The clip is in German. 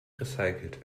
recycelt